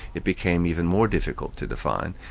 it became even more difficult to define,